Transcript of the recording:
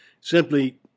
Simply